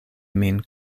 min